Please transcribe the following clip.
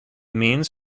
means